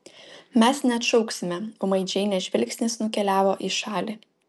mes neatšauksime ūmai džeinės žvilgsnis nukeliavo į šalį